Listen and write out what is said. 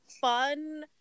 fun